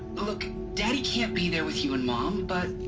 look, daddy can't be there with you and mom, but.